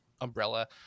umbrella